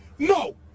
No